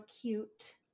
cute